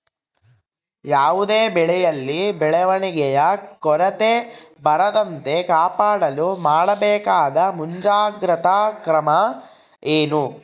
ಯಾವುದೇ ಬೆಳೆಯಲ್ಲಿ ಬೆಳವಣಿಗೆಯ ಕೊರತೆ ಬರದಂತೆ ಕಾಪಾಡಲು ಮಾಡಬೇಕಾದ ಮುಂಜಾಗ್ರತಾ ಕ್ರಮ ಏನು?